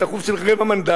אלא את האחוז של רבע מנדט.